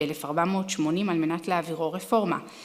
אלף ארבע מאות שמונים על מנת להעבירו רפורמה